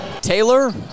Taylor